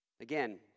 Again